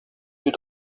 lieu